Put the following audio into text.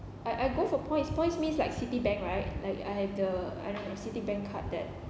I I go for points points means like citibank right like I have the I don't know citibank card that